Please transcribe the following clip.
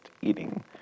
eating